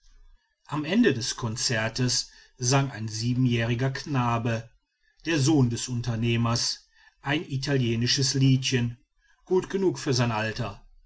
am ende des konzerts sang ein siebenjähriger knabe der sohn des unternehmers ein italienisches liedchen gut genug für sein alter